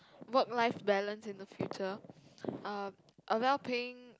work life balance in the future uh a well paying